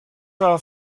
are